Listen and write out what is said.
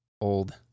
old